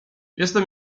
jestem